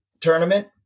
tournament